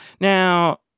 Now